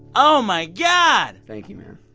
oh, my god thank you, man.